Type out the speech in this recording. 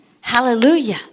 Hallelujah